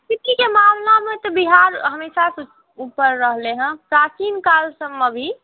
कृषिके मामलामे तऽ बिहार हमेशासँ ऊपर रहलै हँ प्राचीनकाल सभमे भी